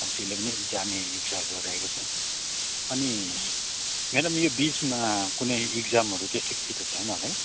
अब त्यसले पनि जाने इच्छा गरिरहेको छ अनि म्याडम यो बिचमा कुनै इक्जामहरू त्यस्तो केही त छैन होला है